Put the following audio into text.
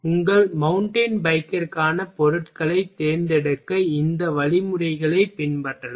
உங்கள் மவுண்டன் பைக்கிற்கான பொருட்களைத் தேர்ந்தெடுக்க இந்த வழிமுறைகளைப் பின்பற்றலாம்